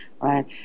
right